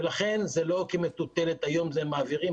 ולכן זה לא כמטוטלת: היום מעבירים,